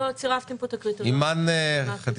אימאן ח'טיב